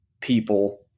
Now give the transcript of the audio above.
people